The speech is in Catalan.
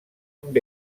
amb